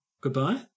Goodbye